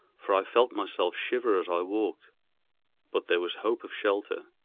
for i felt myself shiver as i walked but there was hope of shelter,